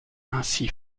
ainsi